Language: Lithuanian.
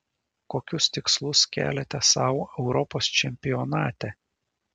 kokius tikslus keliate sau europos čempionate